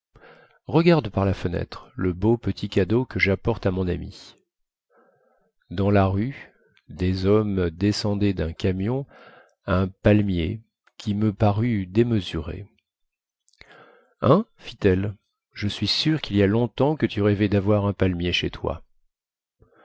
regarde par la fenêtre le beau petit cadeau que japporte à mon ami dans la rue des hommes descendaient dun camion un palmier qui me parut démesuré hein fit-elle je suis sûre quil y a longtemps que tu rêvais davoir un palmier chez toi